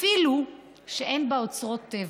אפילו שאין בה אוצרות טבע.